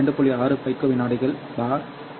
6 பெக்கோ வினாடிகள் கி